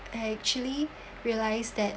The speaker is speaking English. I actually realise that